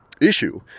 issue